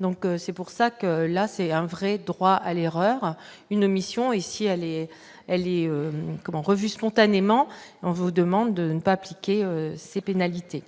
donc c'est pour ça que là c'est un vrai droit à l'erreur une omission et si est elle est comment revue spontanément et on vous demande de ne pas appliquer ces pénalités.